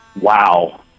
Wow